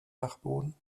dachboden